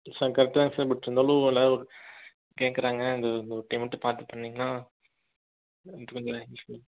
sir கரெக்டாக தான் sir but இருந்தாலும் எல்லாரும் ஒரு கேட்குறாங்க இந்த ஒரு டைம் மட்டும் பார்த்து பண்ணிங்கன்னா